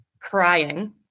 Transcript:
crying